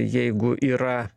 jeigu yra